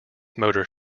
motor